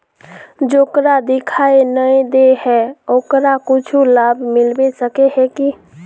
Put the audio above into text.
जेकरा दिखाय नय दे है ओकरा कुछ लाभ मिलबे सके है की?